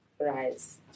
rise